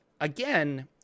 again